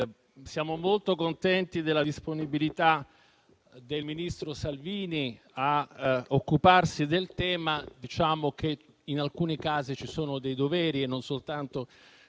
siamo molto contenti della disponibilità del ministro Salvini a occuparsi del tema, ma va detto che in alcuni casi ci sono dei doveri e non soltanto